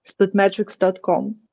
splitmetrics.com